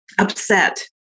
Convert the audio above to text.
upset